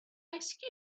ice